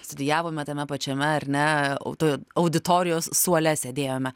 studijavome tame pačiame ar ne auto auditorijos suole sėdėjome